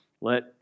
Let